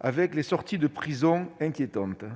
avec des sorties de prison inquiétantes